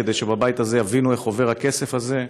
כדי שבבית הזה יבינו איך עובר הכסף הזה: